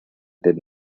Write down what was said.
did